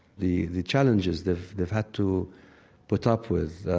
the the challenges they've they've had to put up with,